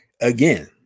again